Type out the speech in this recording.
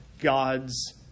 God's